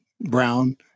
brown